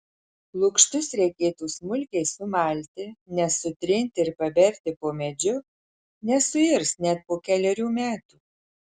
lukštus reikėtų smulkiai sumalti nes sutrinti ir paberti po medžiu nesuirs net po kelerių metų